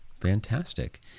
fantastic